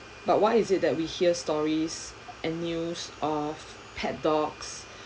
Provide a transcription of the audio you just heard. but why is it that we hear stories and news of pet dogs